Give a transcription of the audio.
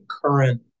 current